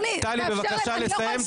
טלי, בבקשה לסיים.